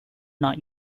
not